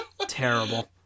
Terrible